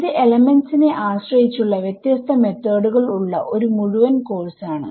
ഇത് എലമെന്റ്സ് നെ ആശ്രയിച്ചുള്ള വ്യത്യസ്ത മെത്തോഡുകൾ ഉള്ള ഒരു മുഴുവൻ കോഴ്സ് ആണ്